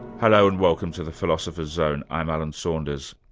hello, and welcome to the philosopher's zone. i'm alan saunders.